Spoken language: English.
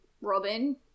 Robin